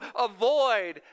avoid